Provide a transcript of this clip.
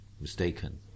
mistaken